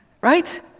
right